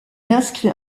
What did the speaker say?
inscrit